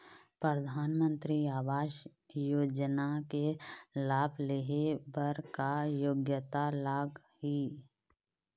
परधानमंतरी आवास योजना के लाभ ले हे बर का योग्यता लाग ही?